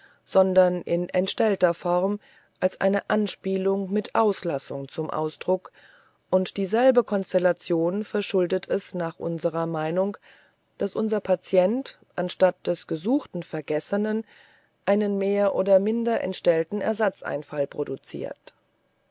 sondern in entstellter form als eine anspielung mit auslassung zum ausdruck und dieselbe konstellation verschuldet es nach unserer meinung daß unser patient anstatt des gesuchten vergessenen einen mehr oder minder entstellten ersatzeinfall produziert